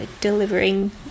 delivering